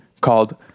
called